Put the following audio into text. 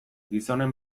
gizonen